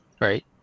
right